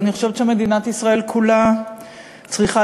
ואני חושבת שמדינת ישראל כולה צריכה